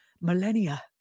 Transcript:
millennia